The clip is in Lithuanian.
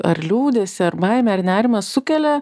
ar liūdesį ar baimę ar nerimą sukelia